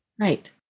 Right